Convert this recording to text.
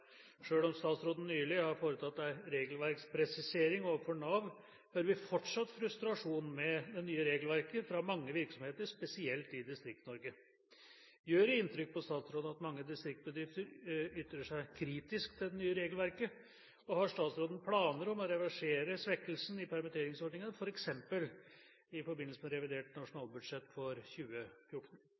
om statsråden nylig har foretatt en regelverkspresisering overfor Nav, hører vi fortsatt om frustrasjon med det nye regelverket fra mange virksomheter, spesielt i Distrikts-Norge. Gjør det inntrykk på statsråden at mange distriktsbedrifter ytrer seg kritisk til det nye regelverket, og har statsråden planer om å reversere svekkelsen i permitteringsordningen, f.eks. i revidert nasjonalbudsjett 2014?»